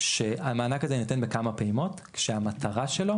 שהמענק הזה יינתן בכמה פעימות כשהמטרה שלו